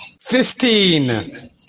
Fifteen